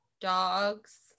dogs